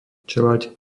čeľaď